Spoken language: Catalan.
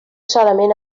solament